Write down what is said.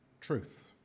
truth